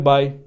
Bye